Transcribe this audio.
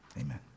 amen